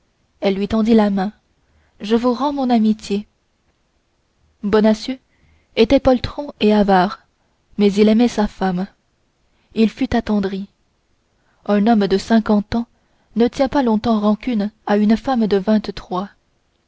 elle lui tendit la main je vous rends mon amitié bonacieux était poltron et avare mais il aimait sa femme il fut attendri un homme de cinquante ans ne tient pas longtemps rancune à une femme de vingt-trois